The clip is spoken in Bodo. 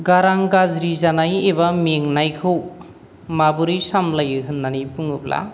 गारां गाज्रि जानाय एबा मेंनायखौ माबोरै सामलायो होननानै बुङोब्ला